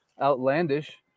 outlandish